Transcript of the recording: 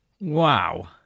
Wow